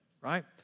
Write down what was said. Right